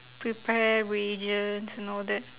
prepare reagents and all that